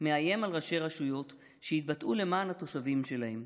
מאיים על ראשי רשויות שהתבטאו למען התושבים שלהם,